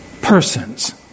persons